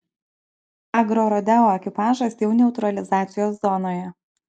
agrorodeo ekipažas jau neutralizacijos zonoje